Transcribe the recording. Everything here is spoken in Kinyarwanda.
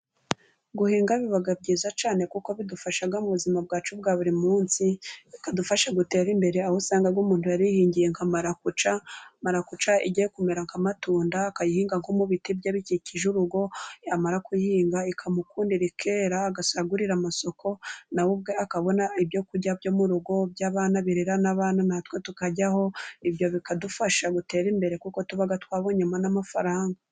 Guhinga biba byiza cyane, kuko bidufasha mu buzima bwacu bwa buri munsi, bikadufasha guterare imbere aho usanga umuntu yari yihingiye nka marakuca, marakuca igiye kumera nk'amatunda, akayihinga nko mu biti bye bikikije urugo yamara kuyihinga ikamukundira ikera, agasagurira amasoko nawe ubwe akabona ibyokurya byo mu rugo by'abana birira, n'abantu natwe tukaryaho ibyo bikadufasha gutere imbere kuko tuba twabonyemo n'amafaranga.